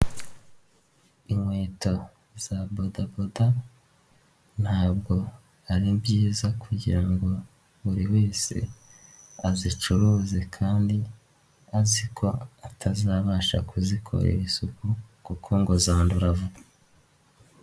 Inkweto za bodaboda ntabwo ari byiza kugira ngo buri wese azicuruze kandi azi ko atazabasha kuzikorera isuku kuko ngo zandura vuba.